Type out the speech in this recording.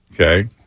Okay